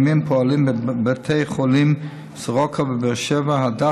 בישראל קיימים כיום חמישה מרכזים אקוטיים בבתי חולים אשר נותנים